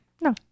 no